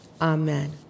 Amen